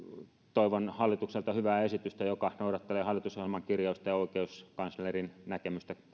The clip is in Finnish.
toivon hallitukselta hyvää esitystä joka noudattelee hallitusohjelman kirjausta ja oikeuskanslerin näkemystä